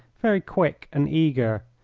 very quick and eager.